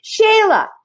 Shayla